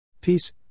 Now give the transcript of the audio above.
Peace